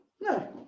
No